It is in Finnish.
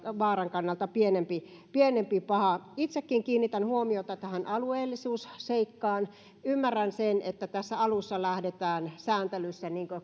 kannalta pienempi pienempi paha itsekin kiinnitän huomiota tähän alueellisuusseikkaan ymmärrän sen että tässä alussa lähdetään sääntelyssä